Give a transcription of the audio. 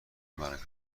مراکز